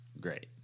great